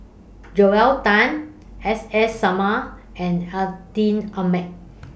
Joel Tan S S Sarma and Atin Amat